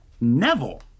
Neville